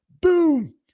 Boom